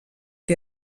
que